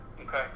Okay